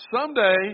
someday